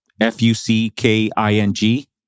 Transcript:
F-U-C-K-I-N-G